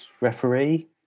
referee